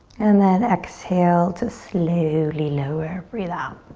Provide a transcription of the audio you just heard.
and then exhale to slowly lower, breathe out.